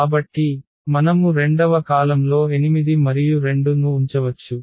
కాబట్టి మనము రెండవ కాలమ్లో 8 మరియు 2 ను ఉంచవచ్చు